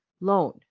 loan